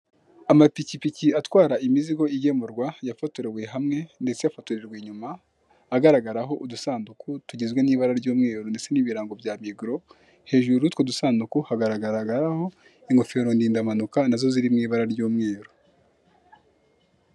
Amapikipiki atwara imizigo igemurwa yafotorewe hamwe ndetse afotorerwa inyuma agaragaraho udusanduku tugizwe n'ibara ry'umweru ndetse n'ibirango bya Miguro hejuru y'utwo dusanduku hagaragagaraho ingofero ndinda mpanuka nazo ziri mw'ibara ry'umweru.